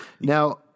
Now